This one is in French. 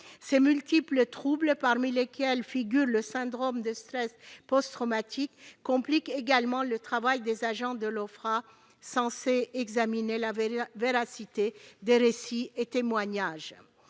Ces multiples troubles, parmi lesquels figure le syndrome de stress post-traumatique, compliquent également le travail des agents de l'Ofpra, censés examiner la véracité des récits et témoignages.